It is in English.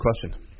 question